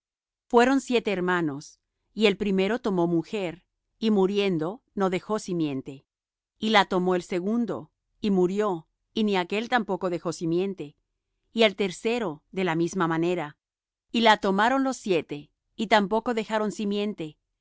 fueron siete hermanos y el primero tomó mujer y muriendo no dejó simiente y la tomó el segundo y murió y ni aquél tampoco dejó simiente y el tercero de la misma manera y la tomaron los siete y tampoco dejaron simiente